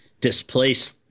displaced